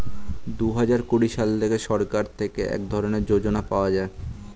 দুহাজার কুড়ি সাল থেকে সরকার থেকে এক ধরনের যোজনা পাওয়া যায়